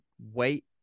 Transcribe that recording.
wait